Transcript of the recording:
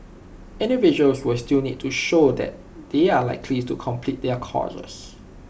individuals will still need to show that they are likely to complete their courses